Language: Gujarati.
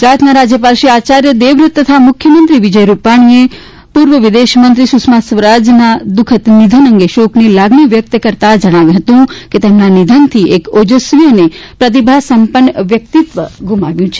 ગુજરાતના રાજ્યપાલ શ્રી આચાર્ય દેવવ્રત તથા મુખ્યમંત્રી વિજય રૂપાણીએ પૂર્વ વિદેશમંત્રી સુષ્મા સ્વરાજ દુઃખદ નિધન અંગે શોકની લાગણી વ્યક્ત કરતાં જણાવ્યું કે તેમના નિધનથી એક ઓજસવી અને પ્રતિભાસંપન્ન વ્યક્તિત્વ ગુમાવ્યું છે